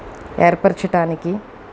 ఏర్పరచటానికి